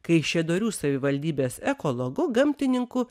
kaišiadorių savivaldybės ekologu gamtininku